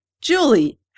Julie